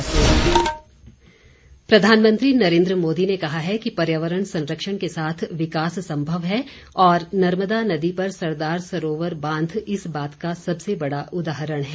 प्रधानमंत्री प्रधानमंत्री नरेन्द्र मोदी ने कहा है कि पर्यावरण संरक्षण के साथ विकास संभव है और नर्मदा नदी पर सरदार सरोवर बांध इस बात का सबसे बड़ा उदाहरण है